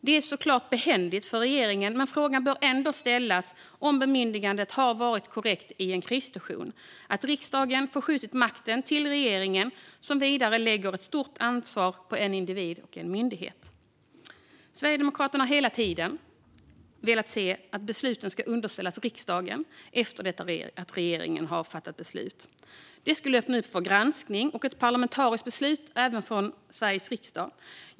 Det är såklart behändigt för regeringen, men frågan bör ändå ställas om det var korrekt i en krissituation med ett sådant bemyndigande - att riksdagen skjuter över makten till regeringen, som lägger ett stort ansvar på en individ och en myndighet. Sverigedemokraterna har hela tiden velat se att besluten ska underställas riksdagen efter det att regeringen har fattat beslut. Det skulle öppna upp för granskning och ett parlamentariskt beslut från Sveriges riksdag.